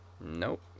Nope